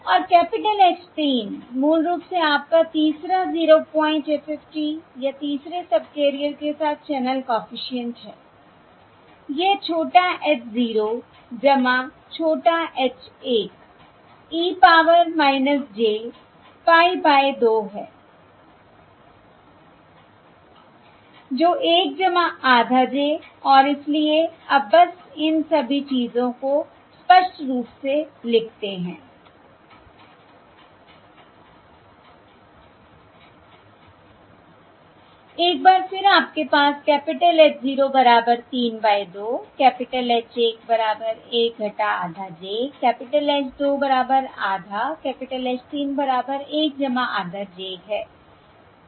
और capital H 3 मूल रूप से आपका तीसरा 0 पॉइंट FFT या तीसरे सबकैरियर के साथ चैनल कॉफिशिएंट है यह छोटा h 0 छोटा h 1 e power j 3 pie by 2 है जो 1 आधा j और इसलिए अब बस इन सभी चीजों को स्पष्ट रूप से लिखते हैI एक बार फिर आपके पास कैपिटल H 0 बराबर 3 बाय 2 कैपिटल H 1 बराबर 1 आधा j कैपिटल H 2 बराबर आधा कैपिटल H 3 बराबर 1 आधा j है ठीक है